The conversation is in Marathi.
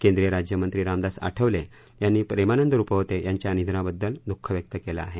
केंद्रीय राज्यमंत्री रामदास आठवले यांनी प्रेमानंद रुपवते यांच्या निधनाबद्दल दुःख व्यक्त केलं आहे